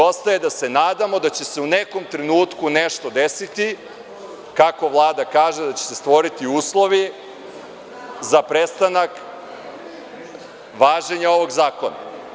Ostaje da se nadamo da će se u nekom trenutku nešto desiti, kako Vlada kaže da će se stvoriti uslovi za prestanak važenja ovog zakona.